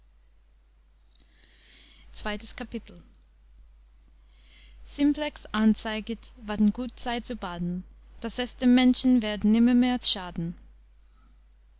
anzeiget wann gut sei zu baden daß es dem menschen werd nimmermehr schaden